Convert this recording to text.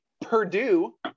purdue